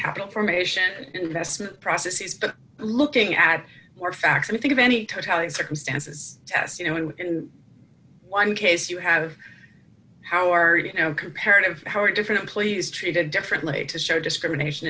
capital formation investment process he's looking at more facts and i think of any totality circumstances yes you know in one case you have how are you now comparative how different employees treated differently to show discrimination